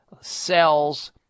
cells